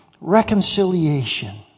reconciliation